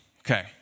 Okay